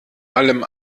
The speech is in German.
allem